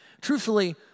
Truthfully